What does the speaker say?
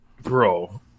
Bro